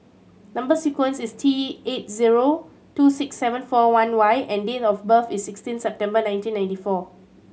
number sequence is T eight zero two six seven four one Y and date of birth is sixteen September nineteen ninety four